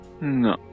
No